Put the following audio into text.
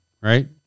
Right